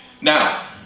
Now